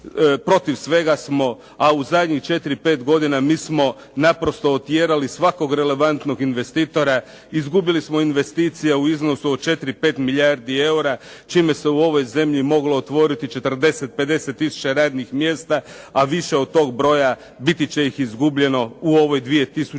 protiv svega smo." a u zadnjih četiri, pet godina mi smo naprosto otjerali svakog relevantnog investitora. Izgubili smo investicije u iznosu od 4, 5 milijardi eura čime se u ovoj zemlji moglo otvoriti 40, 50 tisuća radnih mjesta a više od tog broja biti će iz izgubljeno u ovoj 2009.